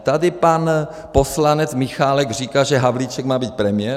Tady pan poslanec Michálek říká, že Havlíček má být premiér.